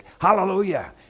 Hallelujah